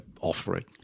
offering